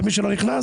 מי שלא נכנס